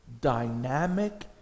dynamic